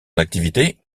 activité